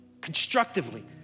constructively